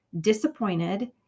disappointed